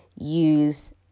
use